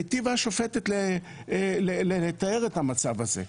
והיטיבה השופטת לתאר את המצב הזה.